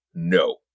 no